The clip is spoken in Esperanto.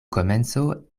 komenco